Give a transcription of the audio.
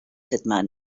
setmanes